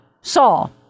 Saul